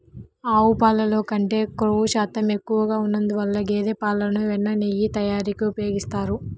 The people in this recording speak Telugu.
ఆవు పాలల్లో కంటే క్రొవ్వు శాతం ఎక్కువగా ఉన్నందువల్ల గేదె పాలను వెన్న, నెయ్యి తయారీకి ఉపయోగిస్తారు